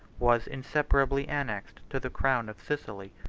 was inseparably annexed to the crown of sicily.